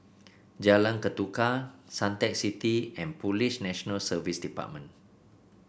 Jalan Ketuka Suntec City and Police National Service Department